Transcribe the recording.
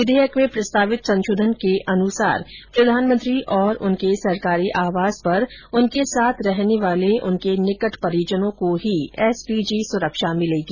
विधेयक में प्रस्तावित संशोधन के अनुसार प्रधानमंत्री और उनके सरकारी आवास पर उनके साथ रहने वाले उनके निकट परिजनों को ही एसपीजी सुरक्षा मिलेगी